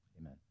amen